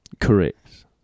correct